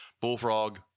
bullfrog